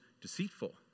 deceitful